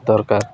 ଦରକାର